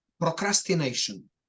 procrastination